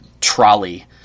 trolley